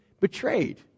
betrayed